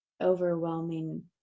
overwhelming